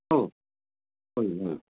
हो होईल